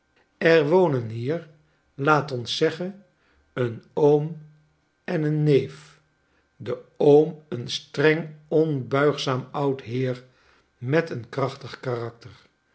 er wonen hier laat ons zeggen een oom en een neef de oom een streng onbuigzaam oud iteer met een krachtig karakter